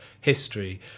history